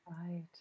Right